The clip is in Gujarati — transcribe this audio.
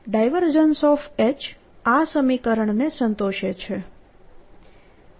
H આ સમીકરણને સંતોષે છે